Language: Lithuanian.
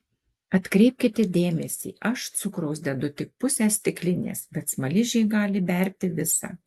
atkreipkite dėmesį aš cukraus dedu tik pusę stiklinės bet smaližiai gali berti visą